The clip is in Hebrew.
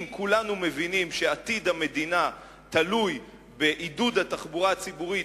אם כולנו מבינים שעתיד המדינה תלוי בעידוד התחבורה הציבורית,